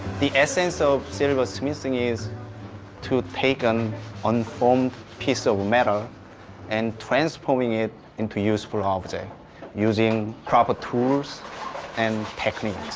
the essence of silversmithing is to take an unformed piece of metal and transforming it into useful object using proper tools and techniques